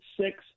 six